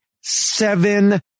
seven